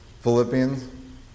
Philippians